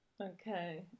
Okay